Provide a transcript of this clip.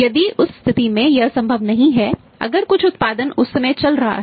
यदि उस स्थिति में यह संभव नहीं है अगर कुछ उत्पादन उस समय चल रहा है